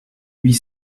huit